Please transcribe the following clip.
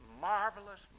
marvelous